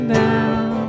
down